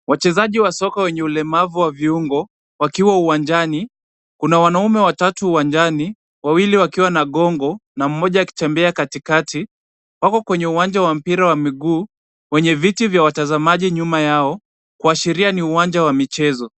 Wachezaji wa soka wenye ulemavu wa viungo wakiwa uwanjani. Kuna wanaume watatu uwanjani, wawili wakiwa na gongo na mmoja akitembea katikati, wako kwenye uwanja wa mpira wa miguu, wenye viti vya watazamaji nyuma yao kuashiria ni uwanja wa michezo.